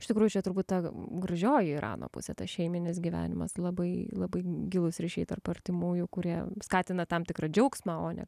iš tikrųjų turbūt ta gražioji irano pusė ta šeiminis gyvenimas labai labai gilūs ryšiai tarp artimųjų kurie skatina tam tikra džiaugsmą o ne